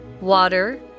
water